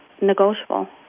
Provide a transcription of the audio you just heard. negotiable